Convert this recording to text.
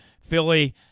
Philly